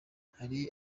hari